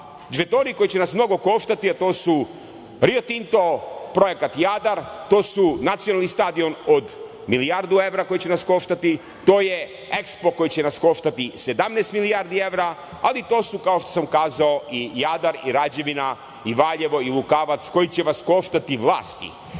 žetoni koji će nas mnogo koštati, a to su „Rio Tinto“, Projekat „Jadar“, to su nacionalni stadion od milijardu evra koji će nas koštati, to je EKSPO koji će nas koštati 17 milijardi evra, ali to su, kao što sam kazao, i Jadar i Rađevina i Valjevo i Lukavac, koji će vas koštati vlasti. Moram